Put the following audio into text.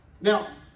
now